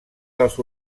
dels